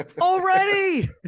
already